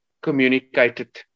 communicated